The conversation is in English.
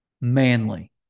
manly